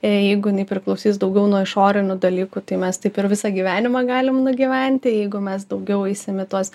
ir jeigu jinai priklausys daugiau nuo išorinių dalykų tai mes taip ir visą gyvenimą galim nugyventi jeigu mes daugiau eisim į tuos